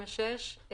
(36)